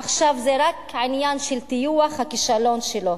עכשיו זה רק עניין של טיוח הכישלון שלו,